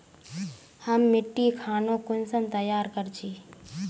हम मिट्टी खानोक कुंसम तैयार कर छी?